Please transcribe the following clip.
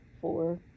Four